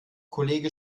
kollege